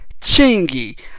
Chingy